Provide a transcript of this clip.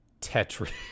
Tetris